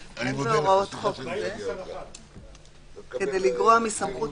שעה 13:32) 40(א) אין בהוראות חוק זה כדי לגרוע מסמכות